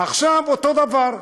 עכשיו אותו דבר.